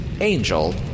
Angel